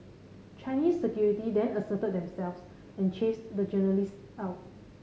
Chinese security then asserted themselves and chased the journalists out